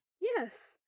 Yes